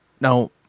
Now